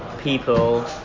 people